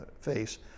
face